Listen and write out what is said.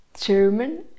German